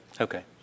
Okay